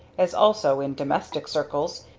as also in domestic circles,